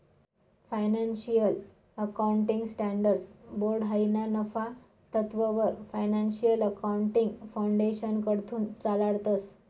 financial accounting standards board हायी ना नफा तत्ववर फायनान्शियल अकाउंटिंग फाउंडेशनकडथून चालाडतंस